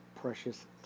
precious